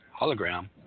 hologram